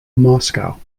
moscow